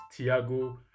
Thiago